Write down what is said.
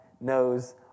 knows